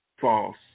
false